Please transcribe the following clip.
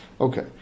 Okay